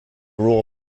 raw